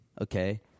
Okay